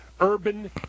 urban